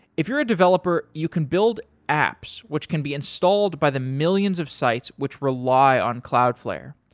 if you're a developer, you can build apps which can be installed by the millions of sites which rely on cloudflare.